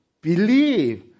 believe